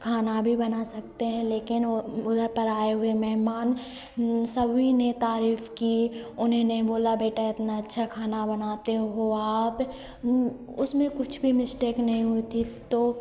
खाना भी बना सकते हैं लेकिन वह वहाँ पर आए हुए मेहमान ने सभी ने तारीफ़ की उन्हीं ने बोला बेटा इतना अच्छा खाना बनाते हो आप उसमें कुछ भी मिस्टेक नहीं हुई थी तो